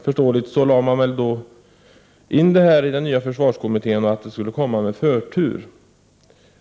Detta fördes då över till den nya försvarskommittén och skulle behandlas med förtur.